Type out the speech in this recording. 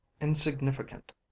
insignificant